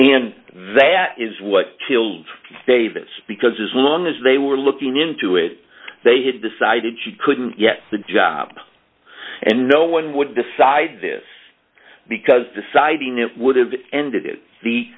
and that is what killed davis because as long as they were looking into it they had decided she couldn't get the job and no one would decide this because deciding it would have ended